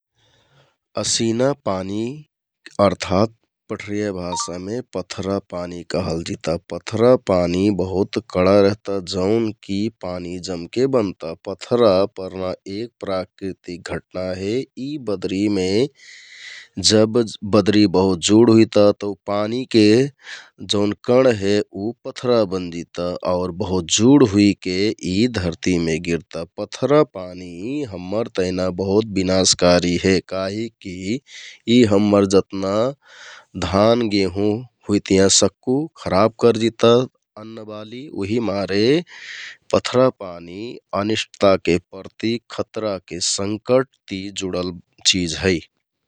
असिना पानी अर्थात् कठरिया भाषामे पथरा पानी कहल जिता, पथरा पानी बहुत कडा रहता । जौन की पानी जमके बनता, पथरा परना एक प्राकृतिक घटना हे । ई बदरिमे जब बदरि बहुत जुड हुइता तौ पानीके जौन कण हे उ पथरा बनजिता आउर बहुत जुड हुइके इ धर्ति मे गिरता । पथरा पानी हम्मर तेहना बहुत बिनाशकारी हे काहिक की ई हम्मर जतना धान, गेहुँ हुइतियाँ सक्कु खराब करजिता अन्नबाली उहि मारे पथरा पानी अनिष्टताके प्रतिक, खतराके संकट ति जुडल चिझ है ।